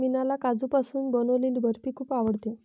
मीनाला काजूपासून बनवलेली बर्फी खूप आवडते